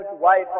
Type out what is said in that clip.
wife